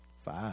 five